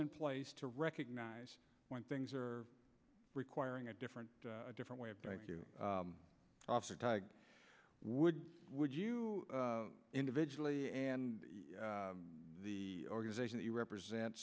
in place to recognize when things are requiring a different a different way of would would you individually and the organization he represent